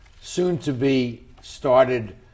soon-to-be-started